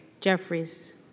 Jeffries